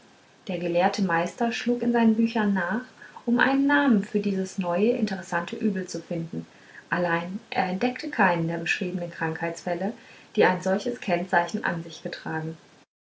der gelehrte meister schlug in seinen büchern nach um einen namen für dieses neue interessante übel zu finden allein er entdeckte keinen der beschriebenen krankheitsfälle die ein solches kennzeichen an sich getragen